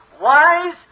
wise